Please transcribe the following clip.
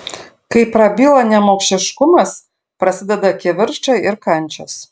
kai prabyla nemokšiškumas prasideda kivirčai ir kančios